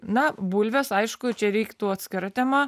na bulvės aišku čia reiktų atskira tema